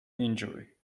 injury